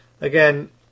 Again